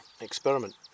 experiment